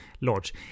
lodge